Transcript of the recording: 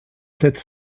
tête